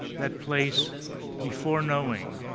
that place before knowing,